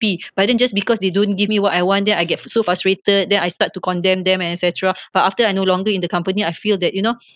but then just because they don't give me what I want then I get so frustrated then I start to condemn them and etcetera but after I no longer in the company I feel that you know